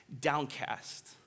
downcast